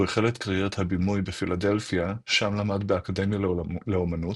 הוא החל את קריירת הבימוי בפילדלפיה שם למד באקדמיה לאמנות,